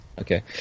Okay